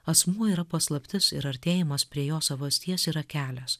asmuo yra paslaptis ir artėjimas prie jo savasties yra kelias